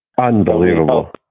unbelievable